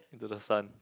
into the Sun